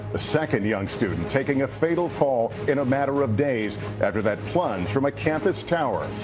the second young student taking a fatal fall in a matter of days after that plunge from a campus tower.